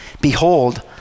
behold